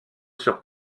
sur